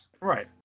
Right